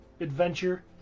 adventure